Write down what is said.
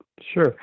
Sure